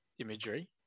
imagery